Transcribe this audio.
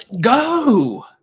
go